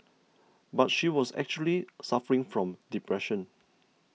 but she was actually suffering from depression